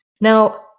now